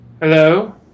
Hello